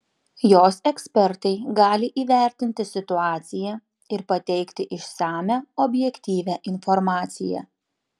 jos ekspertai gali įvertinti situaciją ir pateikti išsamią objektyvią informaciją